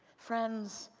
friends,